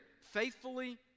faithfully